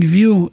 View